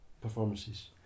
performances